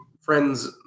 friends